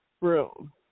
Room